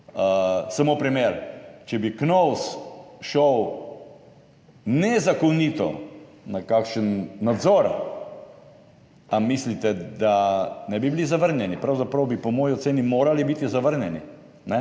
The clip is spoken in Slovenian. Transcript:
Samo primer. Če bi KNOVS šel nezakonito na kakšen nadzor, ali mislite, da ne bi bili zavrnjeni? Pravzaprav bi po moji oceni morali biti zavrnjeni, pa